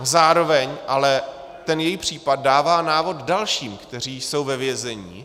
Zároveň ale její případ dává návod dalším, kteří jsou ve vězení.